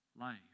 life